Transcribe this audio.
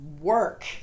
work